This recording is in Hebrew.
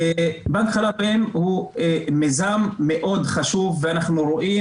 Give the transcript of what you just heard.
בנק חלב אם הוא מיזם מאוד חשוב ואנחנו רואים,